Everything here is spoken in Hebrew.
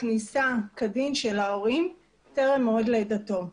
כניסה כדין של ההורים טרם מועד לידתו.